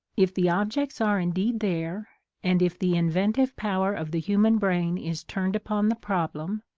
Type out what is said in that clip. if the objects are indeed there, and if the inventive power of the human brain is turned upon the problem,